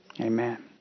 Amen